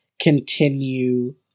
continue